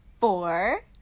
four